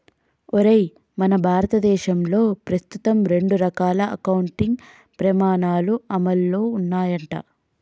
ఒరేయ్ మన భారతదేశంలో ప్రస్తుతం రెండు రకాల అకౌంటింగ్ పమాణాలు అమల్లో ఉన్నాయంట